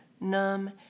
numb